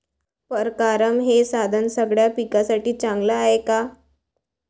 परकारं हे साधन सगळ्या पिकासाठी चांगलं हाये का?